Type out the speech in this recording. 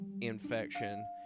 infection